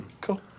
Cool